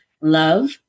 love